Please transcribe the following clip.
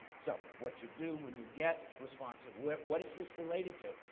so what you do when you get response of what what is this related to?